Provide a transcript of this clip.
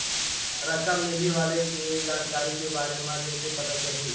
रकम मिलही वाले के जानकारी के बारे मा कइसे पता चलही?